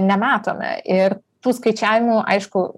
nematome ir tų skaičiavimų aišku